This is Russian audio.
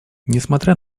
несмотря